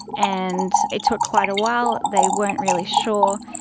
and it took quite a while. they weren't really sure,